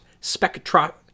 spectro